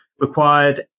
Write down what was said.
required